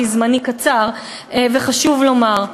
כי זמני קצר וחשוב לומר אותן.